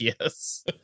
yes